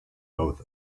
both